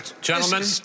gentlemen